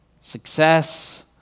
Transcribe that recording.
success